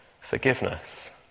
forgiveness